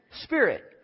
Spirit